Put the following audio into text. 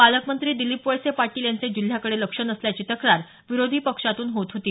पालकमंत्री दिलीप वळसे पाटील यांचे जिल्ह्याकडे लक्ष नसल्याची तक्रार विरोधी पक्षातून होत होती